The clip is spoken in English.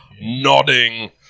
nodding